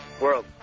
World